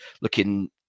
looking